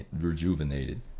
rejuvenated